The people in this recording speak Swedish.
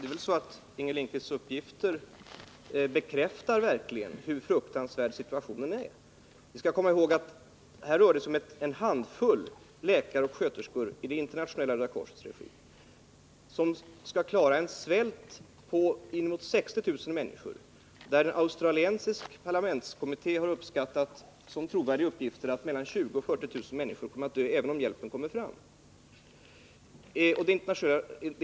Fru talman! Inger Lindquists uppgifter bekräftar verkligen hur fruktansvärd situationen är. Det är alltså fråga om en handfull läkare och sköterskor som arbetar i Internationella röda korsets regi och som skall klara en svältsituation som berör inemot 60 000 människor. En australiensisk parlamentskommitté har som trovärdiga betecknat uppgifter om att mellan 20 000 och 40 000 människor kommer att dö även om hjälpen når fram.